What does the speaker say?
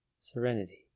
serenity